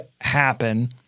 happen